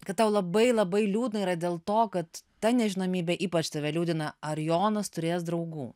kad tau labai labai liūdna yra dėl to kad ta nežinomybė ypač tave liūdina ar jonas turės draugų